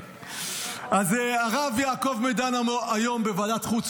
אז הרב יעקב מדן דיבר היום בוועדת חוץ